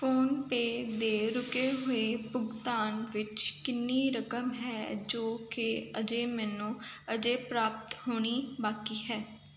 PhonePe ਦੇ ਰੁਕੇ ਹੋਏ ਭੁਗਤਾਨ ਵਿੱਚ ਕਿੰਨੀ ਰਕਮ ਹੈ ਜੋ ਕਿ ਅਜੇ ਮੈਨੂੰ ਅਜੇ ਪ੍ਰਾਪਤ ਹੋਣੀ ਬਾਕੀ ਹੈ